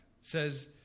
says